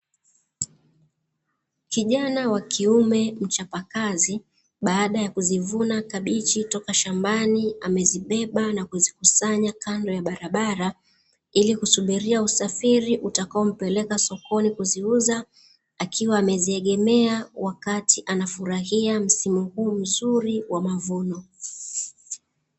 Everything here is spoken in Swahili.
Kijana wa kiume mchapa kazi baada ya kuzivuna kabichi toka shambani, anazibeba na kuzikusanya kando ya barabara ili kusubiria usafiri utakaompeleka kuziuza. Akiwa ameziegemea wakati anafurahia msimu huu mzuri wa mavuno.